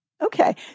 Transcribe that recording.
Okay